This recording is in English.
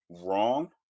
wrong